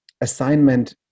assignment